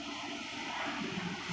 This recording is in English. I think it's definitely good looks ah